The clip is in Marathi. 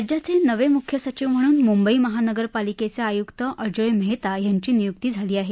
राज्याचे नवे मुख्य सचिव म्हणून मुंबई महानगरपालिकेचे आयुक्त अजोय मेहता यांची नियुक्ती झाली आहे